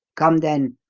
come then,